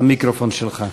המיקרופון שלך.